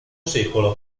sec